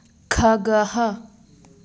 खगः